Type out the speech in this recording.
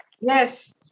Yes